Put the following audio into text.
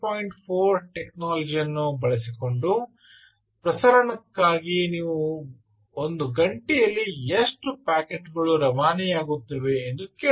4 technology ಯನ್ನು ಬಳಸಿಕೊಂಡು ಪ್ರಸರಣಕ್ಕಾಗಿ ನೀವು ಒಂದು ಗಂಟೆಯಲ್ಲಿ ಎಷ್ಟು ಪ್ಯಾಕೆಟ್ ಗಳು ರವಾನೆಯಾಗುತ್ತವೆ ಎಂದು ಕೇಳಬಹುದು